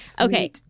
Okay